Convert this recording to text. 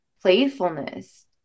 playfulness